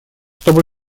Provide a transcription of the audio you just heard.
чтобы